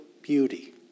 beauty